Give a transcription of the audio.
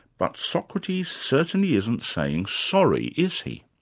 but socrates certainly isn't saying sorry, is he?